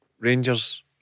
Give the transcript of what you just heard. Rangers